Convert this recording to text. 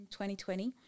2020